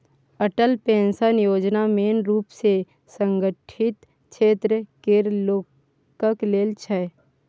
Atal pension योजना मेन रुप सँ असंगठित क्षेत्र केर लोकक लेल छै